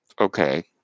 Okay